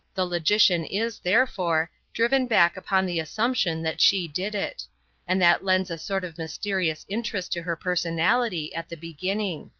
the logician is, therefore, driven back upon the assumption that she did it and that lends a sort of mysterious interest to her personality at the beginning.